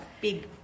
big